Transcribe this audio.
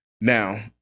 now